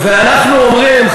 ואנחנו אומרים,